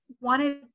wanted